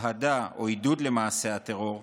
אהדה או עידוד למעשה הטרור,